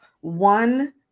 one